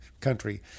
country